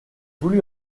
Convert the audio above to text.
voulu